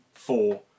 four